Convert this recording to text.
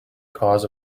cause